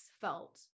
felt